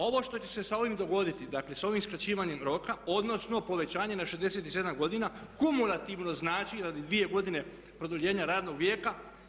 Ovo što će se sa ovime dogoditi, dakle sa ovim skraćivanjem roka, odnosno povećanje na 67 godina kumulativno znači da dvije godine produljenja radnog vijeka.